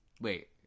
Wait